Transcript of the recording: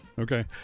Okay